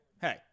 hey